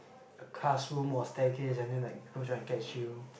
a classroom or staircase and then like go down and catch you